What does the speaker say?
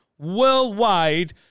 worldwide